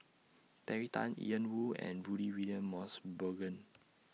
Terry Tan Ian Woo and Rudy William Mosbergen